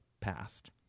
passed